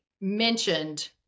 mentioned